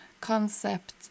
concept